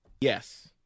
Yes